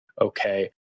okay